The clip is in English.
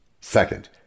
Second